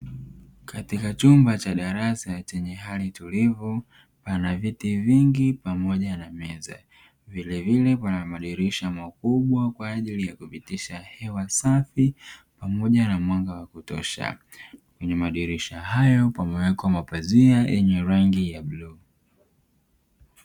Katika chumba cha darasa chenye hali tulivu, pana viti vingi pamoja na meza, vilevile pana madirisha makubwa kwa ajili ya kupitisha hewa safi pamoja na mwanga wa kutosha, kwenye madirisha hayo pamewekwa mapazia yenye rangi ya bluu.